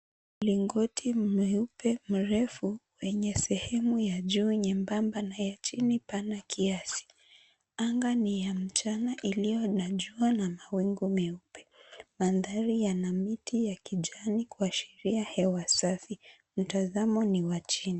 Mlingoti mweupe mrefu wenye sehemu ya juu nyembamba na ya chini pana kiasi. Anga ni ya mchana iliyo na jua na mawingu meupe. Mandari yana miti ya kijani kuashiria hewa safi. Mtazamo ni wa chini.